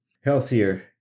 healthier